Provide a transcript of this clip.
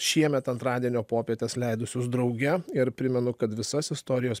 šiemet antradienio popietes leidusius drauge ir primenu kad visas istorijos